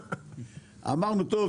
אמרנו: טוב,